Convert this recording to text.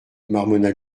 marmonna